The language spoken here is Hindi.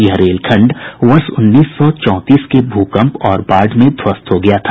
यह रेलखंड वर्ष उन्नीस सौ चौंतीस के भूकंप और बाढ़ में ध्वस्त हो गया था